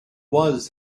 was